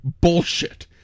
bullshit